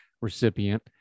recipient